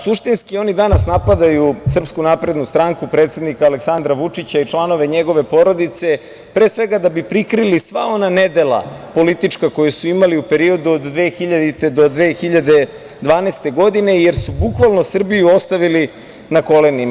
Suštinski, oni danas napadaju SNS, predsednika Aleksandra Vučića i članove njegove porodice, pre svega da bi prikrili sva ona nedela politička koja su imali u periodu od 2000. do 2012. godine, jer su bukvalno Srbiju ostavili na kolenima.